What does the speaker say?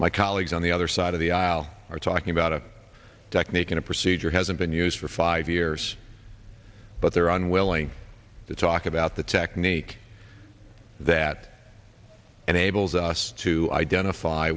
my colleagues on the other side of the aisle are talking about a technique and a procedure hasn't been used for five years but they're unwilling to talk about the technique that enables us to identify